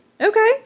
Okay